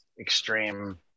extreme